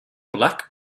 black